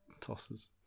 Tosses